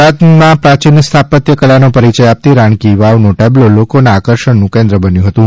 ગુજરાતમાં પ્રાચીન સ્થાપત્ય કલાનો પરિચય આપતી રાણકિ વાવનો ટેબ્લો લોકોના આકર્ષણનું કેન્દ્ર બન્યુ હતુ